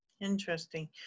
Interesting